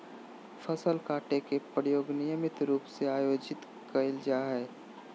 फसल काटे के प्रयोग नियमित रूप से आयोजित कइल जाय हइ